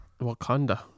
Wakanda